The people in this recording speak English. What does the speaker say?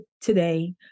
today